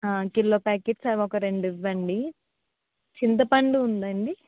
kilo packets అవొక రెండు ఇవ్వండి చింతపండు ఉందండి